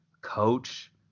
coach